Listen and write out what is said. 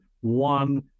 one